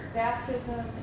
baptism